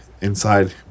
inside